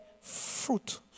fruit